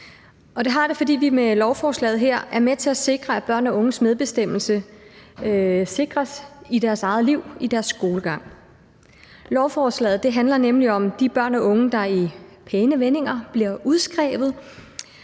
Det har det, fordi vi med lovforslaget her er med til at sikre, at børn og unges medbestemmelse sikres i deres eget liv, i deres skolegang. Lovforslaget handler om de børn eller unge, der i pæne vendinger bliver udskrevet